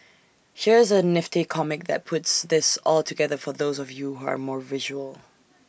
here's A nifty comic that puts this all together for those of you who are more visual